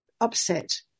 upset